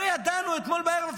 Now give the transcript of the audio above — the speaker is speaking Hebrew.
לא ידענו אתמול בערב,